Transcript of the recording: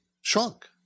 shrunk